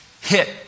hit